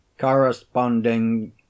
corresponding